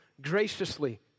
graciously